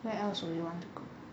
where else would you want go